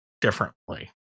differently